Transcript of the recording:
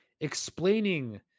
explaining